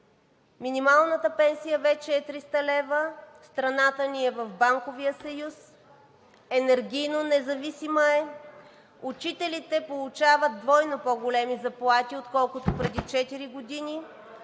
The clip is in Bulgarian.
минималната пенсия вече е 300 лв., страната ни е в Банковия съюз, енергийно независима е, учителите получават двойно по-големи заплати, отколкото преди четири години,